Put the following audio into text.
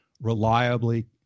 reliably